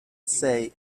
say